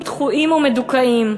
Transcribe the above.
דחויים ומדוכאים.